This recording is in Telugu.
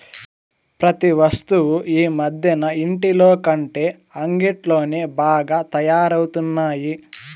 ప్రతి వస్తువు ఈ మధ్యన ఇంటిలోకంటే అంగిట్లోనే బాగా తయారవుతున్నాయి